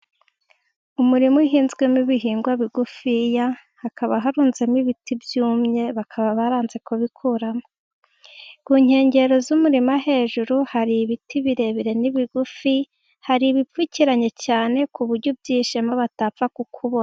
Umurima uhinzwemo ibihingwa bigufi, hakaba harunzemo ibiti byumye bakaba baranze kubikurqmo. Ku nkengero z'umurima hejuru hari ibiti birebire n'ibigufi, hari ibipfukiranye cyane ku buryo ibyishema batapfa kukubona.